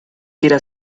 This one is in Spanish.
quiere